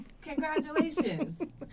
congratulations